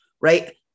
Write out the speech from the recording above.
right